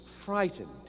frightened